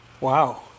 Wow